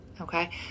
Okay